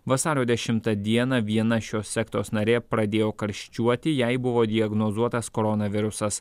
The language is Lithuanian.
vasario dešimtą dieną viena šios sektos narė pradėjo karščiuoti jai buvo diagnozuotas koronavirusas